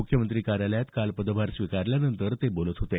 मुख्यमंत्री कार्यालयात काल पदभार स्वीकारल्यानंतर ते बोलत होते